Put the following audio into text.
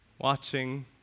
watching